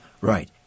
Right